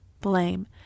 blame